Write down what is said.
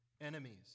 enemies